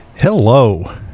Hello